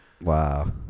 Wow